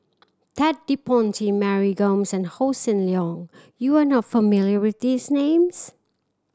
Ted De Ponti Mary Gomes and Hossan Leong you are not familiar with these names